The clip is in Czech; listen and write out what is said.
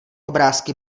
obrázky